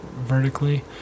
vertically